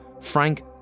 Frank